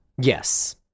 Yes